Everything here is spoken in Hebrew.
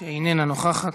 שאיננה נוכחת.